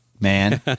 man